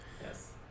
Yes